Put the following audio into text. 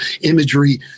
imagery